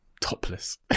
Topless